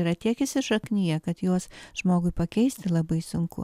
yra tiek įsišakniję kad juos žmogui pakeisti labai sunku